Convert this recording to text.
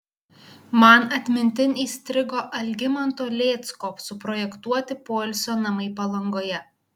man atmintin įstrigo algimanto lėcko suprojektuoti poilsio namai palangoje